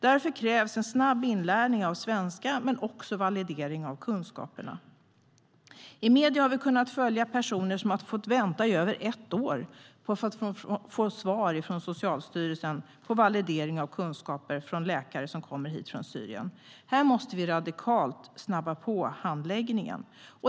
Därför krävs en snabb inlärning av svenska men också validering av kunskaperna.I medierna har vi kunnat följa personer som har fått vänta i över ett år på att få ett svar från Socialstyrelsen på validering av kunskaper hos läkare som kommer hit från Syrien. Här måste vi radikalt snabba på handläggningen.